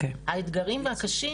האתגרים והקשיים,